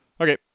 Okay